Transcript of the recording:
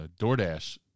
DoorDash